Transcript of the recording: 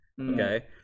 Okay